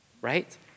right